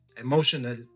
emotional